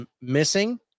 missing